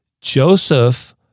Joseph